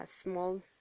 small